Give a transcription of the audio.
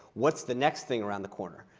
what's the next thing around the corner?